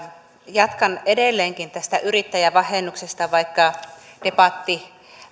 jatkan edelleenkin tästä yrittäjävähennyksestä vaikka debatissa